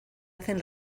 hacen